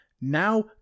now